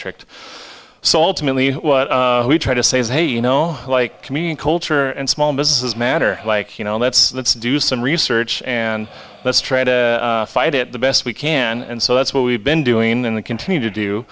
ultimately what we try to say is hey you know like i mean culture and small businesses matter like you know let's let's do some research and let's try to fight it the best we can and so that's what we've been doing in the continue to do